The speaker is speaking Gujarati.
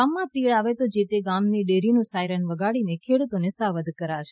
ગામમાં તીડ આવે તો જે તે ગામની ડેરીનું સાયરન વગાડીને ખેડુતોને સાવધ કરાશે